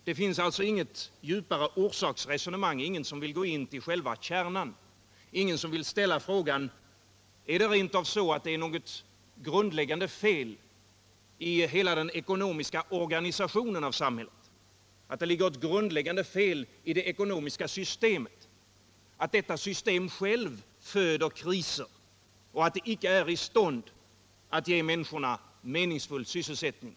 Det finns alltså inget djupare orsaksresonemang, ingen som vill gå in till själva kärnan — ingen som vill ställa frågan: Är det rent av något grundläggande fel i hela den ekonomiska organisationen av samhället? Finns det ett grundläggande fel i det ekonomiska systemet, så att detta självt föder kriser och icke är i stånd att ge människorna meningsfull sysselsättning?